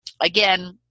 again